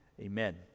Amen